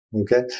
Okay